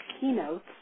keynotes